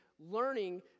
Learning